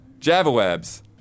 Javawebs